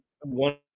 one